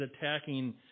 attacking